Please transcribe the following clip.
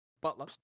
butler